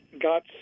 got